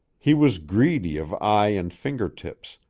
he was greedy of eye and fingertips,